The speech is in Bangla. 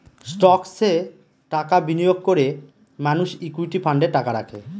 স্টকসে টাকা বিনিয়োগ করে মানুষ ইকুইটি ফান্ডে টাকা রাখে